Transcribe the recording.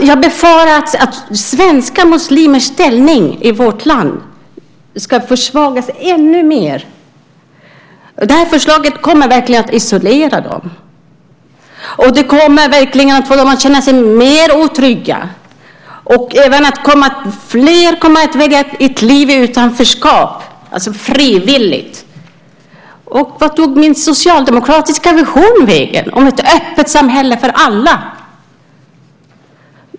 Jag befarar att svenska muslimers ställning i vårt land ska försvagas ännu mer. Det här förslaget kommer verkligen att isolera dem. Det kommer verkligen att få dem att känna sig mer otrygga. Fler kommer att välja ett liv i utanförskap frivilligt. Vart tog min socialdemokratiska vision vägen om ett öppet samhälle för alla?